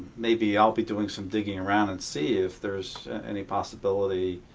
maybe i'll be doing some digging around and see if there's any possibility